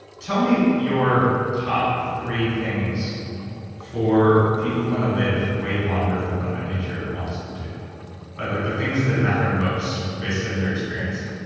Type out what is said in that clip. tell me your top three things for people who want to live way longer than mother nature wants them to like the things that matter most based on your experience